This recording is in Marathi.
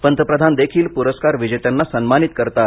पंतप्रधान देखील पुरस्कार विजेत्यांना सन्मानित करतात